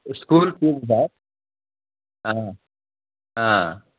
ఈ school fees sir